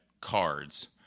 cards